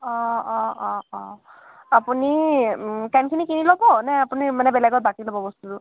অঁ অঁ অঁ অঁ আপুনি পানীখিনি কিনি ল'ব নে আপুনি মানে বেলেগত বাকী ল'ব বস্তুটো